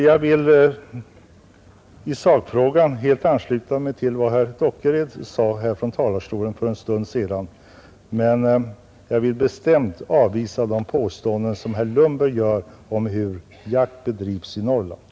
Jag vill i sakfrågan helt ansluta mig till vad herr Dockered sade från talarstolen för en stund sedan. Men jag vill bestämt avvisa de påståenden som herr Lundberg gör om hur jakt bedrivs i Norrland.